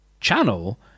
channel